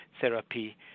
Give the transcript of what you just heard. therapy